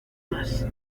más